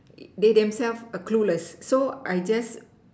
they themselves are clueless so I just